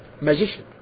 magician